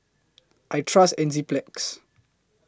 I Trust Enzyplex